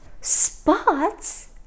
spots